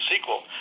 sequel